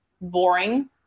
boring